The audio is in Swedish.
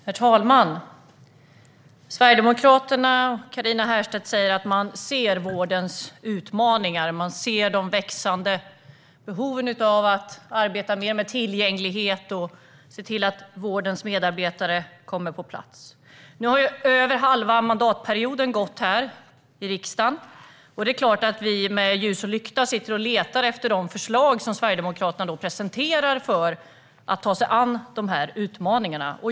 Herr talman! Sverigedemokraterna och Carina Herrstedt säger att man ser vårdens utmaningar. Man ser de växande behoven av att arbeta mer med tillgänglighet och se till att vårdens medarbetare kommer på plats. Nu har över halva mandatperioden gått. Det är klart att vi med ljus och lykta sitter och letar efter de förslag som Sverigedemokraterna presenterar för att ta sig an de här utmaningarna.